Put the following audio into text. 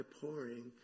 pouring